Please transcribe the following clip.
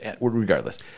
regardless